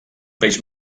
peix